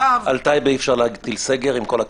על טייבה אי אפשר להטיל סגר, עם כל הכבוד.